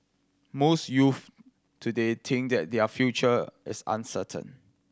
most youths today think that their future is uncertain